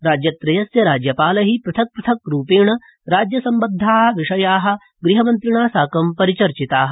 राज्यत्रयस्य राज्यपालै पृथक् पृथक् रूपेण राज्यसम्बद्धा विषया गृहमन्त्रिणा साकं परिचर्चिता